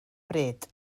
bryd